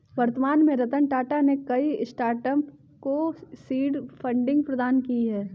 वर्तमान में रतन टाटा ने कई स्टार्टअप को सीड फंडिंग प्रदान की है